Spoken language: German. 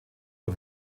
und